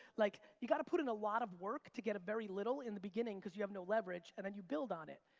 like you gotta put in a lot of work to get a very little in the beginning because you have no leverage and then you build on it.